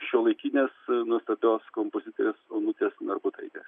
šiuolaikinės nuostabios kompozitorės onutės narbutaitės